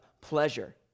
pleasure